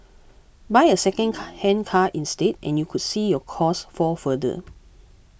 buy a second hand car instead and you could see your costs fall further